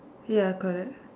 ya correct